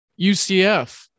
UCF